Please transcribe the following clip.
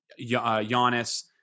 Giannis